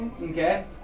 Okay